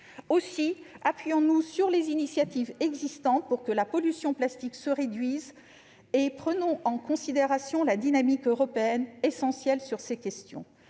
Aussi, appuyons-nous sur les initiatives existantes pour réduire la pollution par le plastique, et prenons en considération la dynamique européenne, essentielle sur ces questions